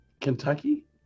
Kentucky